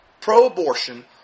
pro-abortion